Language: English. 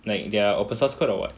like their open source code or what